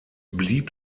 blieb